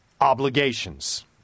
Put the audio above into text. obligations